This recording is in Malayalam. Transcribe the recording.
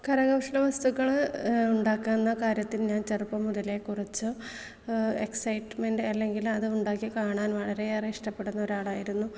കരകൗശല വസ്തുക്കൾ ഉണ്ടാക്കുന്ന കാര്യത്തിൽ ഞാൻ ചെറുപ്പം മുതലേ കുറച്ച് എക്സൈറ്റ്മെൻ്റ് അല്ലെങ്കിൽ അത് ഉണ്ടാക്കിക്കാണാൻ വളരെയേറെ ഇഷ്ടപ്പെടുന്ന ഒരാളായിരുന്നു